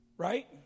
Right